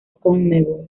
conmebol